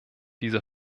diese